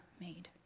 made